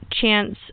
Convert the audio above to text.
Chance